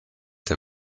der